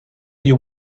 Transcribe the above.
you